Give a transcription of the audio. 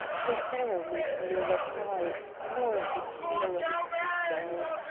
prothero made no reply, nor did he lower his pistol.